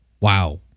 Wow